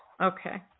Okay